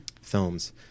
films